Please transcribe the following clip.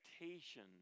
expectation